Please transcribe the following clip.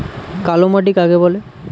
কালোমাটি কাকে বলে?